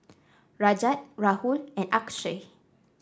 Rajat Rahul and Akshay